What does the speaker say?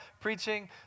preaching